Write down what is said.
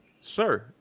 Sir